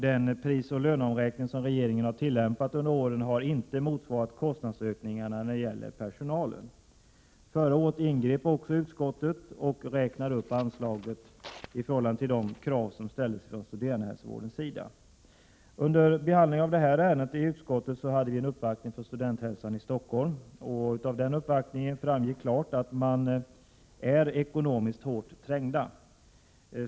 Den prisoch löneomräkning som regeringen har tillämpat har inte motsvarat kostnadsökningarna när det gäller personalen. Förra året ingrep också utskottet och räknade upp anslaget i förhållande till Prot. 1987/88:104 de krav som ställdes från studerandehälsovårdens sida. 20 april 1988 Under behandlingen av det här ärendet i utskottet hade vi en uppvaktning från Studenthälsan i Stockholm. Av den uppvaktningen framgick klart att man är ekonomiskt hårt trängd.